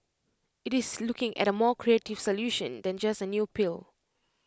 IT is looking at A more creative solution than just A new pill